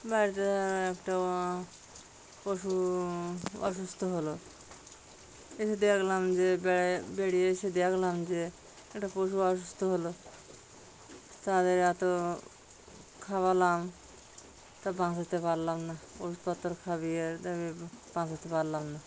বাড়িতে একটা পশু অসুস্থ হলো এসে দেখলাম যে বেড়িয়ে বেড়িয়ে এসে দেখলাম যে একটা পশু অসুস্থ হলো তাদের এত খাওয়ালাম তা বাঁচাতে পারলাম না ওষুধপত্র খাইয়ে বাঁচাতে পারলাম না